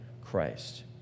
Christ